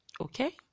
okay